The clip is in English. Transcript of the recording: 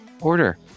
order